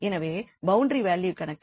எனவே boundary value கணக்கு